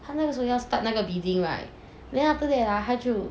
他那个时候要 start 那个 bidding right then after that 他就